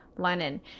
Lennon